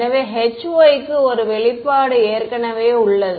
எனவே Hy க்கு ஒரு வெளிப்பாடு ஏற்கனவே உள்ளது